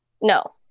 no